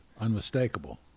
Unmistakable